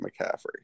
McCaffrey